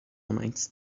meinst